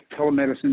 telemedicine